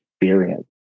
experience